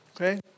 okay